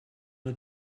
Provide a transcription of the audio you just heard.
nur